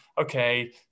okay